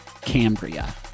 Cambria